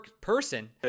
person